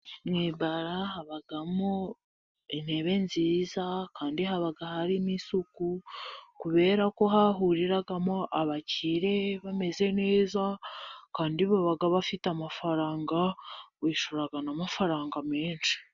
Mu ibara habamo intebe nziza kandi haba hari n'isuku kubera ko hahuriramo abakire bameze neza kandi baba bafite amafaranga, bishyura n'amafaranga menshi.